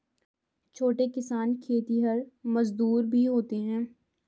छोटे किसान खेतिहर मजदूर भी होते हैं